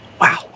Wow